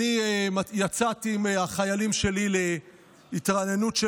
אני יצאתי עם החיילים שלי להתרעננות של